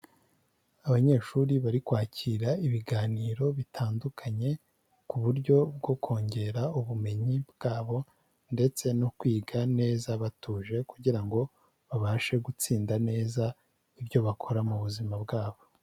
Abanyeshuri bari kwakira ibiganiro bitandukanye ku buryo bwo kongera ubumenyi bwabo ndetse no kwiga neza batuje kugira ngo babashe gutsinda neza ibyo bakora mu buzima bwabo.